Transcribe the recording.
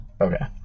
okay